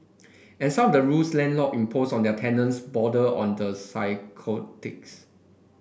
and some of the rules landlord impose on their tenants border on the psychotics